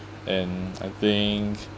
and I think